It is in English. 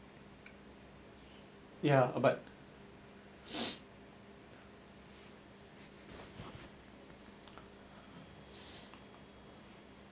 ya but